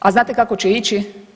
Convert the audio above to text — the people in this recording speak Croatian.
A znate kako će ići?